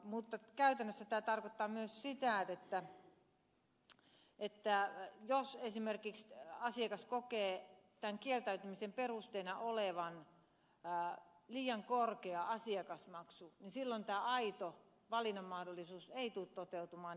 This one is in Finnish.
mutta käytännössä tämä tarkoittaa myös sitä että jos esimerkiksi asiakas kokee tämän kieltäytymisen perusteena olevan liian korkean asiakasmaksun niin silloin tämä aito valinnanmahdollisuus ei tule toteutumaan